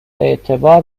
اعتبار